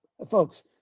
Folks